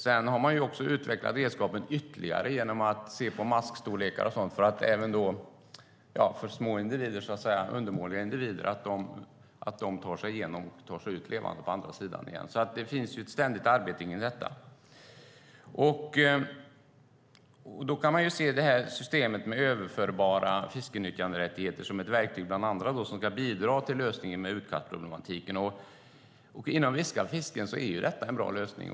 Man har också utvecklat redskapen ytterligare genom att se på maskstorlekar och sådant så att små undermåliga individer tar sig igenom och ut levande på andra sidan igen. Det finns ett ständigt arbete med detta. Systemet med överförbara fiskenyttjanderättigheter kan ses som ett verktyg bland andra som kan bidra till lösningen på utkastproblematiken. Inom vissa fisken är det en bra lösning.